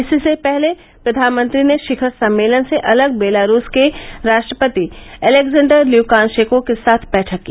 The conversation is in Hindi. इससे पहले प्रधानमंत्री ने शिखर सम्मेलन से अलग बेलारूस के राष्ट्रपति एलेक्जेंडर ल्यूकाशंको के साथ बैठक की